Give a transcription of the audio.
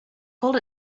cold